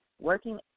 working